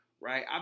Right